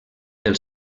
del